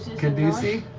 caduceusy?